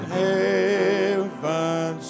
heaven